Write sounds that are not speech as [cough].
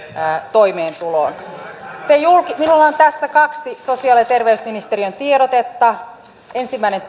toimeentuloon minulla on tässä kaksi sosiaali ja terveysministeriön tiedotetta ensimmäinen [unintelligible]